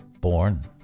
born